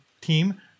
team